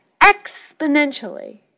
exponentially